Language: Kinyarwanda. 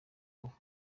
ngufu